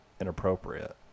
inappropriate